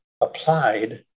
applied